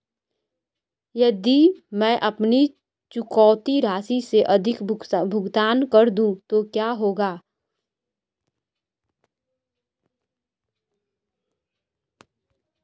यदि मैं अपनी चुकौती राशि से अधिक भुगतान कर दूं तो क्या होगा?